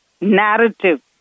narrative